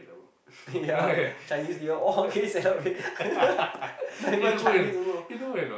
ya Chinese-New-Year okay celebrate not even Chinese also